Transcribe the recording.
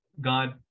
God